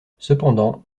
cependant